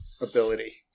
ability